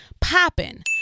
Popping